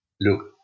look